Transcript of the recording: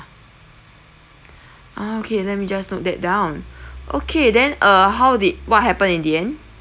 ah okay let me just note that down okay then uh how did what happened in the end